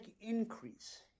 increase